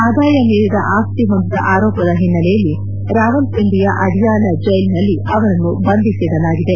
ಆದಾಯ ಮೀರಿದ ಆಸ್ತಿ ಹೊಂದಿದ ಆರೋಪದ ಹಿನ್ನೆಲೆಯಲ್ಲಿ ರಾವಲ್ಪಿಂಡಿಯ ಆಡಿಯಾಲ ಜೈಲ್ನಲ್ಲಿ ಅವರನ್ನು ಬಂಧಿಸಿಡಲಾಗಿದೆ